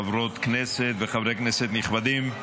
חברות כנסת וחברי כנסת נכבדים,